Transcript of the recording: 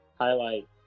highlight